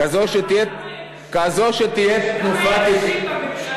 כזאת שתהיה פתוחה, למה אין נשים בממשלה?